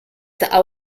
the